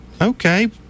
okay